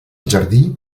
jardí